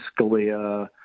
Scalia